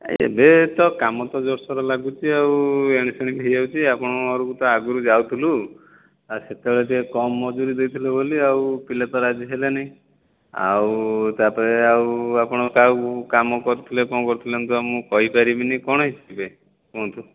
ଏବେ ତ କାମ ତ ଜୋର ସୋରରେ ଲାଗୁଛି ଆଉ ଏଣେ ସେଣେକେ ହୋଇଯାଉଛି ଆଉ ଆପଣଙ୍କ ପାଖକୁ ତ ଆଗରୁ ଯାଉଥିଲୁ ଆଉ ସେତେବେଳେ ଟିକେ କମ ମଜୁରୀ ଦେଇଥିଲେ ବୋଲି ଆଉ ପିଲା ତ ରାଜି ହେଲେନି ଆଉ ତା ପରେ ଆଉ ଆପଣ କାହାକୁ କାମ କରୁଥିଲେ କଣ କରୁଥିଲେ ମୁଁ ତ ଆଉ କହି ପାରିବିନି କଣ ହୋଇଛି ଟିକେ କୁହନ୍ତୁ